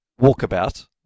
Walkabout